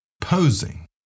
Posing